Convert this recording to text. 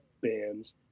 bands